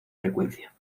frecuencia